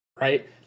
right